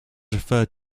referred